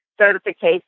certification